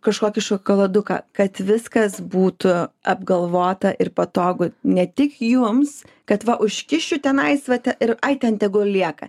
kažkokį šokoladuką kad viskas būtų apgalvota ir patogu ne tik jums kad va užkišiu tenais vat ir ai ten tegu lieka